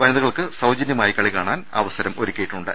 വനിതകൾ ക്ക് സൌജന്യമായി കളികാണാൻ അവസരം ഒരുക്കിയിട്ടുണ്ട്